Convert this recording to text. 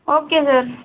okay sir